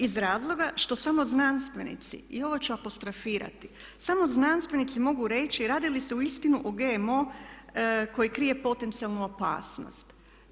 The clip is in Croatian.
Iz razloga što samo znanstvenici i ovo ću apostrofirati, samo znanstvenici mogu reći radi li se uistinu o GMO koji krije potencijalnu opasnost.